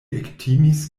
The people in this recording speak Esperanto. ektimis